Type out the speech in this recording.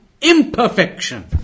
imperfection